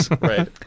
Right